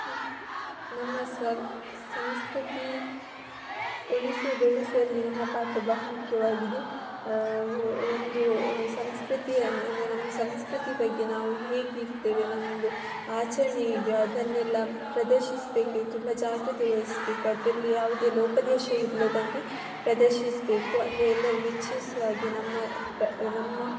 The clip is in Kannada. ನಮ್ಮ ಸಂಸ್ಕೃತಿ ಉಳಿಸಿ ಬೆಳೆಸುವಲ್ಲಿ ನಮ್ಮ ಪಾತ್ರ ಬಹುಮುಖ್ಯವಾಗಿದೆ ಒಂದು ಸಂಸ್ಕೃತಿಯನ್ನು ಅಂದರೆ ನಮ್ಮ ಸಂಸ್ಕೃತಿ ಬಗ್ಗೆ ನಾವು ಹೇಗಿರ್ತೇವೆ ನಮ್ಮದು ಆಚರಣೆ ಹೇಗೆ ಅದನ್ನೆಲ್ಲ ಪ್ರದರ್ಶಿಸಬೇಕೆ ತುಂಬ ಜಾಗ್ರತೆ ವಹಿಸ್ಬೇಕು ಅದರಲ್ಲಿ ಯಾವ್ದೇ ಲೋಪದೋಶ ಇಲ್ಲದಂಗೆ ಪ್ರದರ್ಶಿಸಬೇಕು ಅಂದರೆ ಎಲ್ಲರೂ ಮೆಚ್ಚಿಸುವಾಗೆ ನಮ್ಮ ಪ ನಮ್ಮ